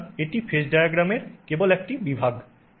সুতরাং এটি ফেজ ডায়াগ্রামের কেবল একটি বিভাগ